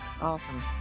Awesome